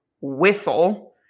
whistle